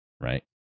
right